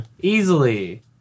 easily